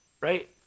right